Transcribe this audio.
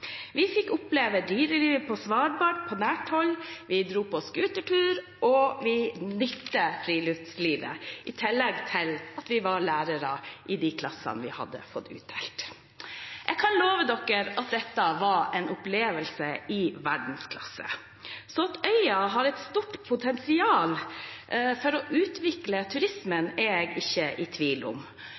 Vi fikk oppleve dyreliv på Svalbard på nært hold, vi dro på scootertur, og vi nøt friluftslivet – i tillegg til at vi var lærere i de klassene vi hadde fått tildelt. Jeg kan love dere at dette var en opplevelse i verdensklasse, så at øya har et stort potensial for å utvikle turismen, er jeg ikke i tvil om.